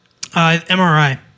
MRI